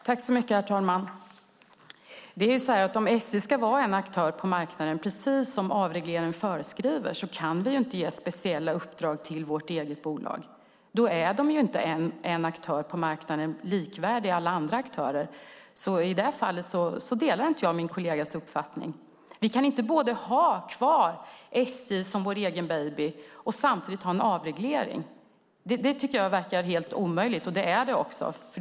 Herr talman! Om SJ ska vara en aktör på marknaden, precis som avregleringen föreskriver, kan vi inte ge speciella uppdrag till vårt eget bolag. Då är det inte en aktör på marknaden likvärdig alla andra aktörer. I det fallet delar jag inte min kollegas uppfattning. Vi kan inte både ha kvar SJ som vår egen baby och samtidigt ha en avreglering. Det tycker jag verkar helt omöjligt, och det är det också.